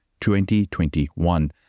2021